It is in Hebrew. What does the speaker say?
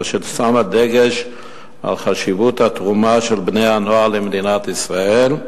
אשר שמה דגש על חשיבות התרומה של בני-הנוער למדינת ישראל,